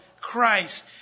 Christ